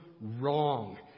wrong